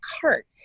cart